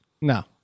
No